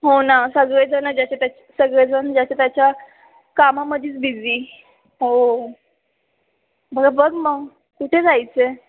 हो ना सगळेजणं ज्याच्या त्याच सगळेजण जाच्या त्याच्या कामामध्येच बिझी हो मला ब बघ मग कुठे जायचं आहे